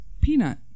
Peanut